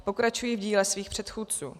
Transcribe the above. Pokračují v díle svých předchůdců.